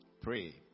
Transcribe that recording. pray